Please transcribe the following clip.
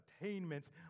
attainments